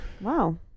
wow